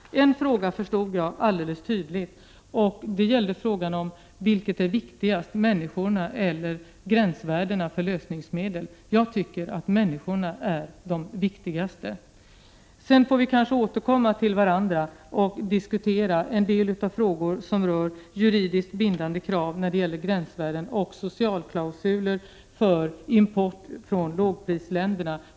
En fråga förstod jag, och det var frågan: Vilket är viktigast — människorna eller gränsvärdena för lösningsmedel? Jag tycker att människorna är det viktigaste. Sedan får vi återkomma och diskutera frågan om juridiskt bindande krav när det gäller gränsvärden och socialklausuler för import från lågprisländerna.